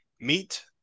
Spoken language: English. meet